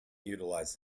utilized